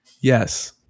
Yes